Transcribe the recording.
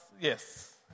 yes